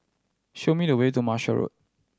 show me the way to Marshall Road